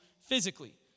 physically